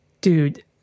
Dude